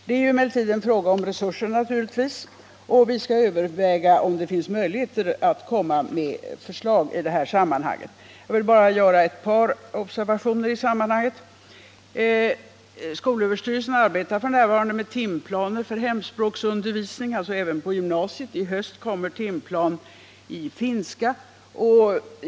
Det är emellertid en fråga om resurser, och vi skall överväga om det finns möjligheter att lägga fram förslag på området. Jag vill bara göra ett par observationer i detta sammanhang. Skolöverstyrelsen arbetar f. n. med timplaner för hemspråksundervisning, även på gymnasiet. I höst utges en timplan för finska.